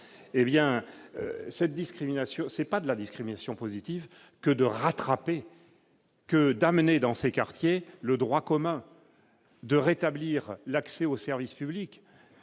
hé bien cette discrimination, c'est pas de la discrimination positive que de rattraper que d'amener dans ces quartiers le droit commun de rétablir l'accès au service public,